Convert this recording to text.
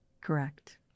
Correct